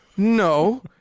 No